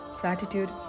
Gratitude